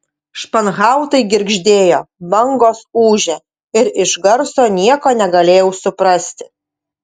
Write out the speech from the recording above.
španhautai girgždėjo bangos ūžė ir iš garso nieko negalėjau suprasti